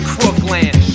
Crookland